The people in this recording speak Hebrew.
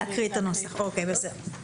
נא להקריא את הנוסח, בבקשה.